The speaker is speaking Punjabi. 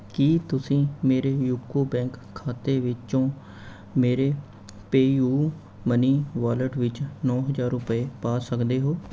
ਕੀ ਤੁਸੀਂ ਮੇਰੇ ਯੂਕੋ ਬੈਂਕ ਖਾਤੇ ਵਿੱਚੋਂ ਮੇਰੇ ਪੇਯੂ ਮਨੀ ਵੋਲਟ ਵਿੱਚ ਨੌ ਹਜ਼ਾਰ ਰੁਪਏ ਪਾ ਸਕਦੇ ਹੋ